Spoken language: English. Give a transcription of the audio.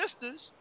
sisters